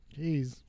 Jeez